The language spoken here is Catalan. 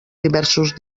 diversos